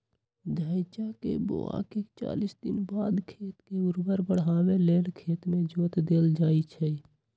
धइचा के बोआइके चालीस दिनबाद खेत के उर्वर बनावे लेल खेत में जोत देल जइछइ